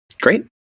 great